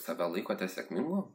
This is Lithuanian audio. save laikote sėkmingu